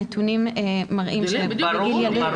הנתונים מראים ש- -- ברור.